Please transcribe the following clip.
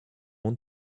want